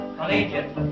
Collegiate